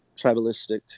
tribalistic